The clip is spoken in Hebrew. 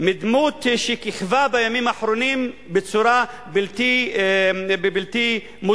מדמות שכיכבה בימים האחרונים בצורה בלתי מוסברת.